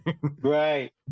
right